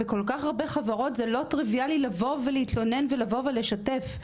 בכל כך הרבה חברות זה לא טריוויאלי לבוא ולהתלונן ולבוא ולשתף.